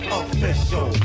official